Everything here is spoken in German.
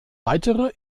weitere